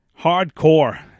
hardcore